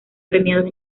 premiados